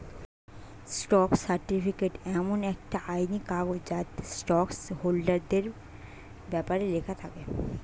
stock certificate এমন একটা আইনি কাগজ যাতে স্টক হোল্ডারদের ব্যপারে লেখা থাকে